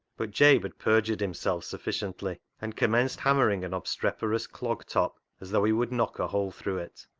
but jabe had perjured himself sufficiently, and commenced hammering an obstreperous clog top as though he would knock a hole through it.